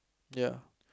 ya